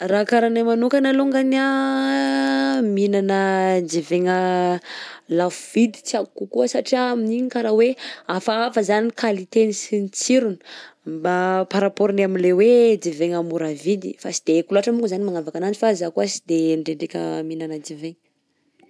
Raha karaha anahy manokana alongany anh mihignagna divaigna lafo vidy tiako kokoa satria amin'iny karaha hafahafa zany ny qualité-ny sy ny tsirony, mba par rapport ny am'lay hoe divaigna mora vidy fa sy de haiko loatra monko zany magnavaka ananzy fa za koa sy de ndraindraika mihinana divay.